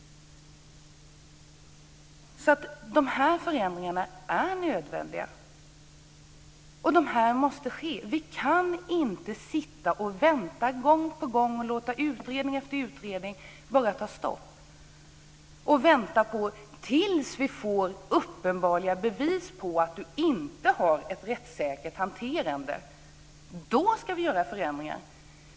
Förändringarna i fråga är alltså nödvändiga. De måste ske. Vi kan inte gång på gång bara sitta och vänta och låta utredning efter utredning bara ta stopp i väntan på uppenbara bevis på att du inte har ett rättssäkert hanterande. Då ska vi göra förändringar.